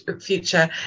future